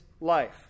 life